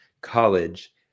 college